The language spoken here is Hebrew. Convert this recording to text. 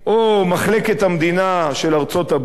או מחלקת המדינה של ארצות-הברית,